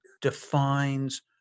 defines